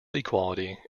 equality